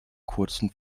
kurzen